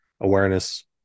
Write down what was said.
awareness